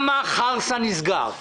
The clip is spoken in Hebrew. למה חרסה נסגר.